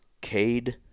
Cade